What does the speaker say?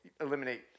eliminate